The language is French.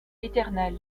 éternel